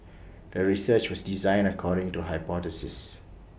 the research was designed according to the hypothesis